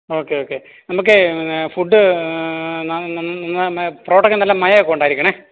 okay okay നമുക്കേ food parotta ഒക്കെ നല്ല മയം ഒക്കെ ഉണ്ടായിരിക്കണേ